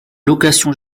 location